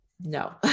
No